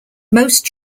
most